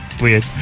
weird